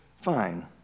fine